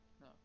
No